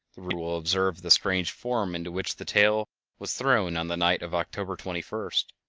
the reader will observe the strange form into which the tail was thrown on the night of october twenty first.